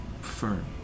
firm